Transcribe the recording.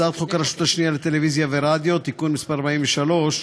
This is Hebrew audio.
הצעת חוק הרשות השנייה לטלוויזיה ורדיו (תיקון מס' 43)